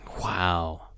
Wow